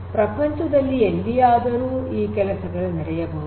ಪ್ರಪಂಚದಲ್ಲಿ ಎಲ್ಲಿಯಾದರೂ ಈ ಕೆಲಸಗಳು ನಡೆಯಬಹುದು